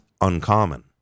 uncommon